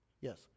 Yes